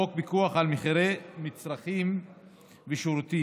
חוק פיקוח על מחירי מצרכים ושירותים,